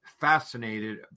fascinated